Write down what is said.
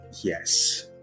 Yes